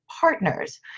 partners